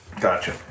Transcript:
Gotcha